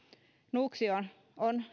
nuuksio on